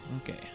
Okay